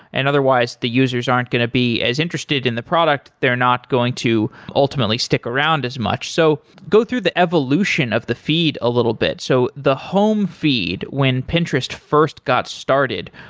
and otherwise the users aren't going to be as interested in the product. they're not going to ultimately stick around as much. so go through the evolution of the feed a little bit. so the home feed when pinterest first got started,